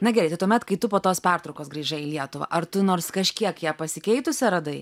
na gerai tai tuomet kai tu po tos pertraukos grįžai į lietuvą ar tu nors kažkiek ją pasikeitusią radai